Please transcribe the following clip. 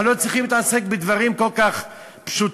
אנחנו לא צריכים להתעסק בדברים כל כך פשוטים